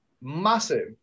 massive